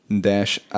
dash